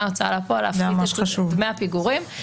ההוצאה לפועל להפחית את דמי הפיגורים.